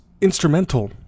instrumental